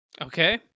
Okay